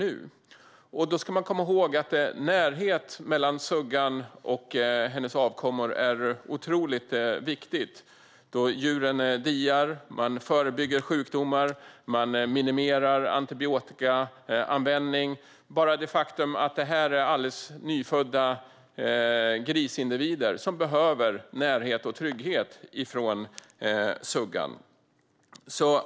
Man ska komma ihåg att närhet mellan suggan och hennes avkomma är otroligt viktigt. Då djuren diar förebygger man sjukdomar och minimerar antibiotikaanvändning. Det här handlar om nyfödda grisindivider som behöver närhet och trygghet från suggan.